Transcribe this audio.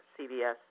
CVS